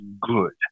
good